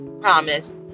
promise